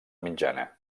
mitjana